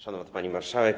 Szanowna Pani Marszałek!